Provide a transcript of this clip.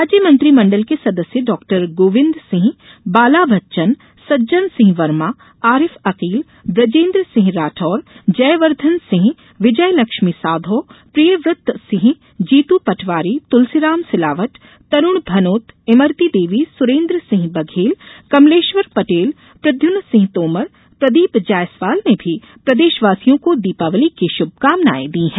राज्य मंत्रिमण्डल के सदस्य डाक्टर गोविंद सिंहबाला बच्चन सज्जन सिंह वर्मा आरिफ अकील ब्रजेन्द्र सिंह राठौर जयवर्द्धन सिंह विजयलक्ष्मी साधौ प्रियव्रत सिंह जीतू पटवारी तूलसीराम सिलावट तरुण भनोत इमरती देवी सुरेन्द्र सिंह बघेल कमलेश्वर पटेल प्रद्यम्न सिंह तोमर प्रदीप जायसवाल ने भी प्रदेशवासियों को दीपावली की शुभकामनाये दी हैं